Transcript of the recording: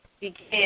begin